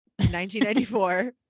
1994